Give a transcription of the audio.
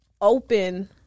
open